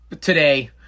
today